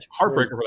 heartbreaker